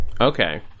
Okay